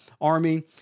army